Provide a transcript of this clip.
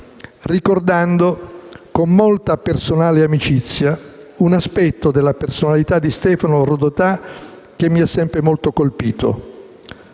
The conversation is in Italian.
ricordando con molta personale amicizia un aspetto della personalità di Stefano Rodotà che mi ha sempre molto colpito.